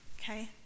okay